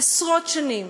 עשרות שנים,